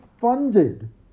funded